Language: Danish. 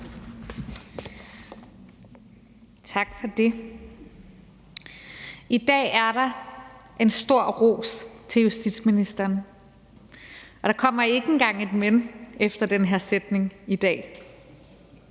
Tak for det. I dag er der en stor ros til justitsministeren, og der kommer ikke engang et men efter den her sætning. Jeg